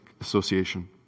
Association